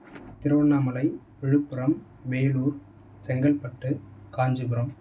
Tiruvannamalai Villupuram Melur Chengalpattu Kanchipuram